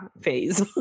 phase